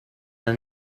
her